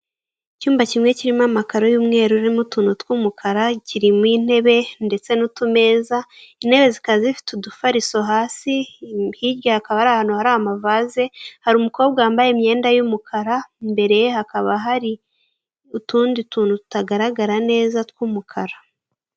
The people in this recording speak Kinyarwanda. Icyumba kimwe kirimo amakaro y'umweru arimo utuntu tw'umukara kirimo intebe ndetse n'utumeza, intebe zikaba zifite udufariso hasi. Hirya hakaba hari ahantu hari amavaze, hari umukobwa wambaye imyenda y'umukara, imbere ye hakaba hari utundi tuntu tutagaragara neza tw'umukara.